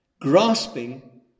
Grasping